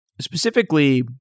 specifically